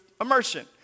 immersion